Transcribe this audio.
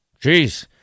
Jeez